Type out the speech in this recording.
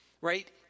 right